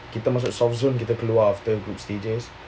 kita masuk south zone kita keluar kita group stages